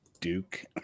Duke